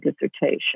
dissertation